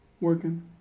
working